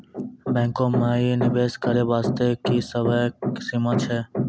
बैंको माई निवेश करे बास्ते की समय सीमा छै?